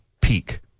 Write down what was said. peak